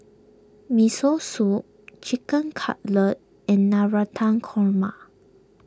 Miso Soup Chicken Cutlet and Navratan Korma